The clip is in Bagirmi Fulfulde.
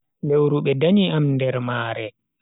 Lewru be danyi am nder maare.